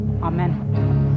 Amen